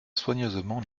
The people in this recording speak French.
soigneusement